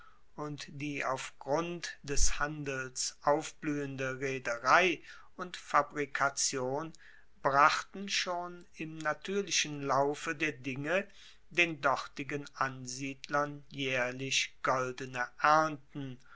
und die auf grund des handels aufbluehende reederei und fabrikation brachten schon im natuerlichen laufe der dinge den dortigen ansiedlern jaehrlich goldene ernten